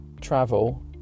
travel